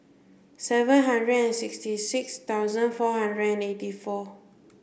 seven hundred and sixty six thousand four hundred and eighty four